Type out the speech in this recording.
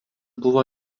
buvo